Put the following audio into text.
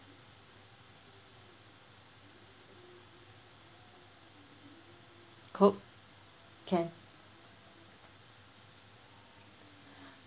coke can